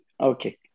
Okay